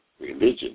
religion